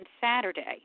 Saturday